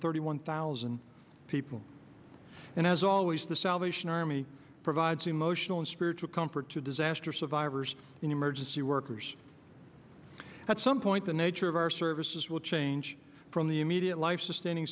thirty one thousand people and as always the salvation army provides emotional and spiritual comfort to disaster survivors emergency workers at some point the nature of our services will change from the immediate life sustaining